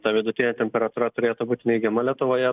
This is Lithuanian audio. ta vidutinė temperatūra turėtų būt neigiama lietuvoje